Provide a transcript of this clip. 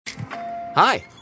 Hi